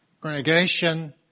congregation